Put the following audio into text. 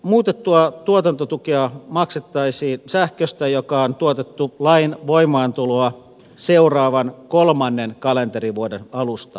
muutettua tuotantotukea maksettaisiin sähköstä joka on tuotettu lain voimaantuloa seuraavan kolmannen kalenterivuoden alusta lukien